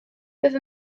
rwyf